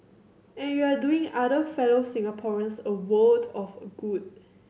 and you're doing other fellow Singaporeans a world of a good